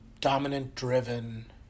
dominant-driven